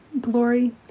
glory